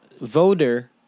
voter